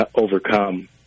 overcome